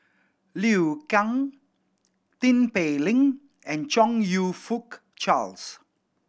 Liu Kang Tin Pei Ling and Chong You Fook Charles